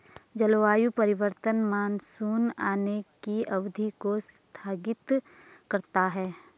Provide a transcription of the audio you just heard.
जलवायु परिवर्तन मानसून आने की अवधि को स्थगित करता है